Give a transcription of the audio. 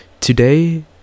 Today